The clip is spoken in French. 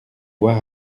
voir